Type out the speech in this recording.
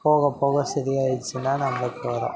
போக போக சரி ஆகிடுச்சின்னா நம்மளுக்கு வரும்